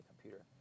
computer